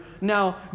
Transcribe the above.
now